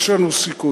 יש לנו סיכוי.